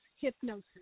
hypnosis